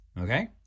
okay